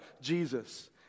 Jesus